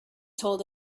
told